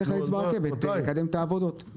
צריך לקדם את העבודות ברכבת.